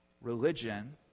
Religion